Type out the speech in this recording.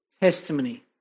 testimony